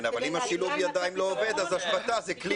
כן, אבל אם שילוב הידיים לא עובד, השבתה זה כלי.